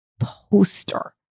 poster